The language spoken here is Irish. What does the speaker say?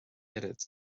oiread